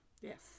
Yes